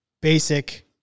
basic